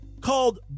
called